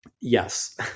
Yes